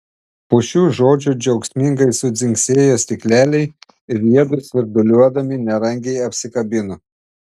po šių žodžių džiaugsmingai sudzingsėjo stikleliai ir jiedu svirduliuodami nerangiai apsikabino